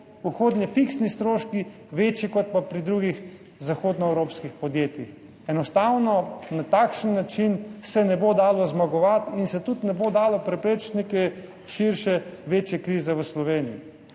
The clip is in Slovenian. vhodni fiksni stroški večji kot pa pri drugih zahodnoevropskih podjetjih. Enostavno se na takšen način ne bo dalo zmagovatiin se tudi ne bo dalo preprečiti neke širše večje krize v Sloveniji.